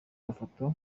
amafoto